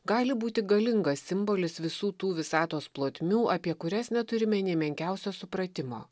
gali būti galingas simbolis visų tų visatos plotmių apie kurias neturime nė menkiausio supratimo